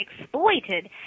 exploited